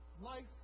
life